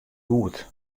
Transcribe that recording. goed